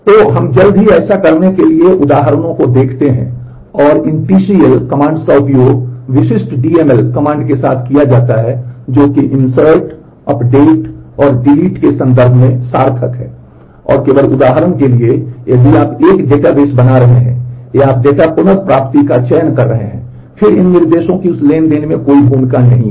तो हम जल्द ही ऐसा करने के लिए उदाहरणों को देखते हैं और इन टीसीएल के संदर्भ में सार्थक हैं और केवल उदाहरण के लिए यदि आप एक डेटाबेस बना रहे हैं या आप डेटा पुनर्प्राप्ति का चयन कर रहे हैं फिर इन निर्देशों की उन ट्रांज़ैक्शन में कोई भूमिका नहीं है